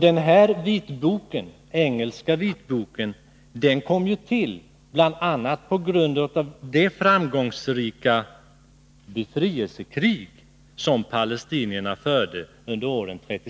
Denna engelska vitbok tillkom bl.a. efter det framgångsrika befrielsekrig som palestinierna under åren 1936-1939